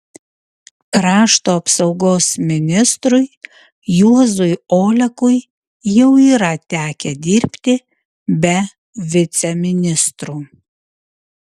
krašto apsaugos ministrui juozui olekui jau yra tekę dirbti be viceministrų